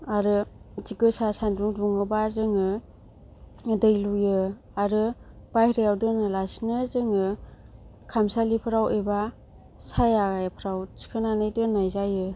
आरो थिक गोसा सानदुं दुङोबा जोङो दै लुयो आरो बायह्रायाव दोना लासैनो जोङो खामसालिफोराव एबा सायाफ्राव थिखोनानै दोननाय जायो